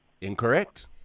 Incorrect